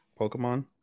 Pokemon